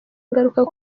ingaruka